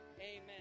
Amen